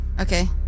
Okay